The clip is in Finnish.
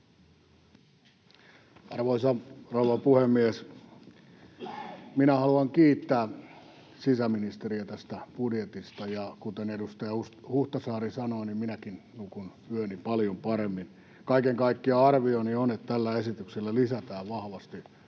Arvoisa rouva puhemies! Minä haluan kiittää sisäministeriä tästä budjetista, ja kuten edustaja Huhtasaari sanoi, niin minäkin nukun yöni paljon paremmin. Kaiken kaikkiaan arvioni on, että tällä esityksellä lisätään vahvasti Suomen